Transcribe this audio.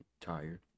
Tired